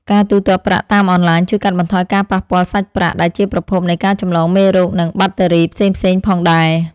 ការទូទាត់ប្រាក់តាមអនឡាញជួយកាត់បន្ថយការប៉ះពាល់សាច់ប្រាក់ដែលជាប្រភពនៃការចម្លងមេរោគនិងបាក់តេរីផ្សេងៗផងដែរ។